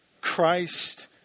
Christ